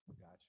Gotcha